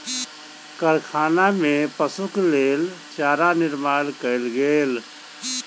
कारखाना में पशुक लेल चारा निर्माण कयल गेल